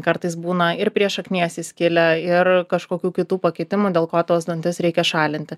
kartais būna ir prie šaknies įskilę ir kažkokių kitų pakeitimų dėl ko tuos dantis reikia šalinti